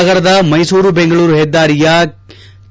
ನಗರದ ಮೈಸೂರು ಬೆಂಗಳೂರು ಹೆದ್ದಾರಿಯ ಕೆ